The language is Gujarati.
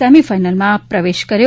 સેમી ફાઇનલમાં પ્રવેશ કર્યો